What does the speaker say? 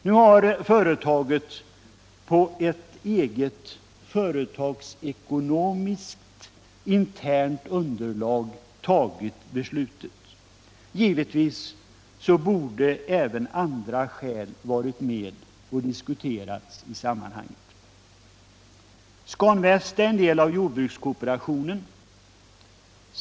Nu har företaget på ett eget företagsekonomiskt internt underlag tagit beslutet. Givetvis borde även andra skäl ha varit med och diskuterats i sammanhanget. Scan Väst är en del av jordbrukskooperationen.